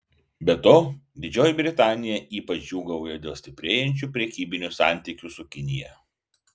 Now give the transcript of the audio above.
be to didžioji britanija ypač džiūgauja dėl stiprėjančių prekybinių santykių su kinija